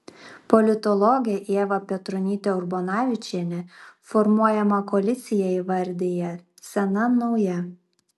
politologė ieva petronytė urbonavičienė formuojamą koaliciją įvardija sena nauja